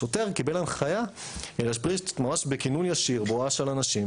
השוטר קיבל הנחיה להשפריץ ממש בכינון ישיר בואש על אנשים,